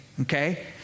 okay